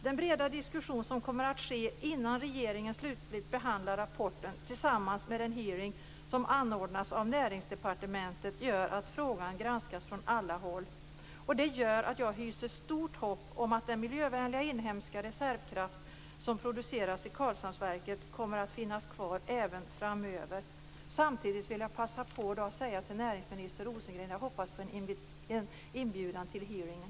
Den breda diskussion som kommer att ske innan regeringen slutgiltigt behandlar rapporten tillsammans med den hearing som kommer att anordnas av Näringsdepartementet gör att frågan granskas från alla håll. Det gör att jag hyser stort hopp om att den miljövänliga inhemska reservkraft som produceras vid Karlshamnsverket kommer att finnas kvar framöver. Samtidigt vill jag passa på att säga till näringsminister Rosengren: Jag hoppas på en inbjudan till hearingen.